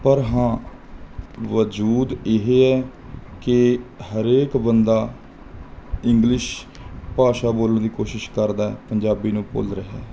ਪਰ ਹਾਂ ਵਜੂਦ ਇਹ ਹੈ ਕਿ ਹਰੇਕ ਬੰਦਾ ਇੰਗਲਿਸ਼ ਭਾਸ਼ਾ ਬੋਲਣ ਦੀ ਕੋਸ਼ਿਸ਼ ਕਰਦਾ ਪੰਜਾਬੀ ਨੂੰ ਭੁੱਲ ਰਿਹਾ